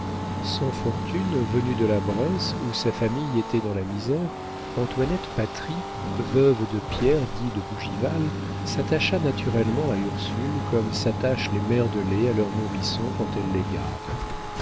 sans fortune venue de la bresse où sa famille était dans la misère antoinette patris veuve de pierre dit de bougival s'attacha naturellement à ursule comme s'attachent les mères de lait à leurs nourrissons quand elles les gardent